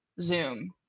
Zoom